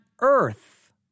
earth